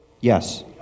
Yes